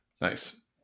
Nice